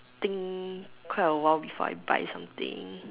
think quite a while before I buy something